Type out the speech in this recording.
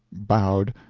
bowed,